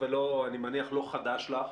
אני יכולה לומר לכם שאנחנו לנושא הפעימה השלישית,